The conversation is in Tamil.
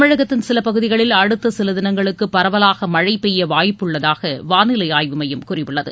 தமிழகத்தின் சில பகுதிகளில் அடுத்த சில தினங்களுக்கு பரவலாக மழை பெய்ய வாய்ப்புள்ளதாக வானிலை ஆய்வு மையம் கூறியுள்ளது